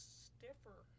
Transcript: stiffer